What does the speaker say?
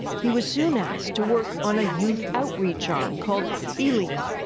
he was soon asked to work on a youth outreach arm called beleave.